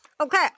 Okay